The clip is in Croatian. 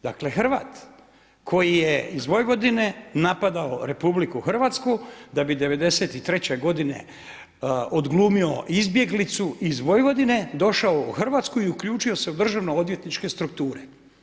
Dakle Hrvat koji je iz Vojvodine napadao Republiku Hrvatsku da bi 93. godine odglumio izbjeglicu iz Vojvodine, došao u Hrvatsku i uključio se u državnoodvjetničke strukture.